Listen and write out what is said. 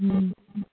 ꯎꯝ